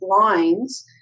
lines